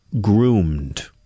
Groomed